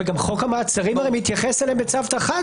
וגם חוק המעצרים מתייחס אליהם בצוותא חדא,